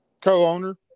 co-owner